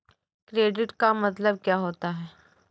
Credit का मतलब क्या होता है?